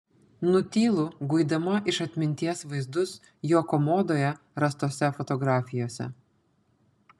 nutylu guidama iš atminties vaizdus jo komodoje rastose fotografijose